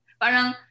Parang